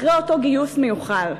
אחרי אותו גיוס מיוחל,